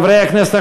חברי הכנסת,